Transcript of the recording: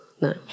No